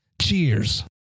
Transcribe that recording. Cheers